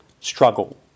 struggle